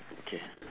okay